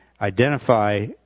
Identify